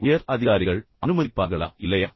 உயர் அதிகாரிகள் அனுமதிப்பார்களா இல்லையா